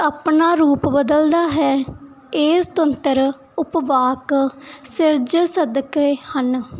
ਆਪਣਾ ਰੂਪ ਬਦਲਦਾ ਹੈ ਇਹ ਸੁਤੰਤਰ ਉਪਵਾਕ ਸਿਰਜ ਸਕਦੇ ਹਨ